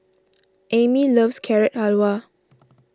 Amie loves Carrot Halwa